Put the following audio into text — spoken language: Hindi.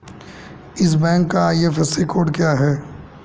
इस बैंक का आई.एफ.एस.सी कोड क्या है?